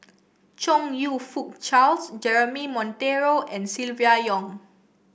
Chong You Fook Charles Jeremy Monteiro and Silvia Yong